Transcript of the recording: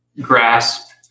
grasp